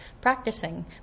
practicing